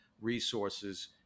resources